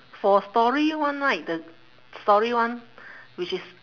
for story [one] right the story [one] which is